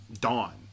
dawn